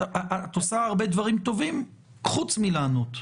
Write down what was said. את עושה הרבה דברים טובים חוץ מלענות.